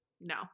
no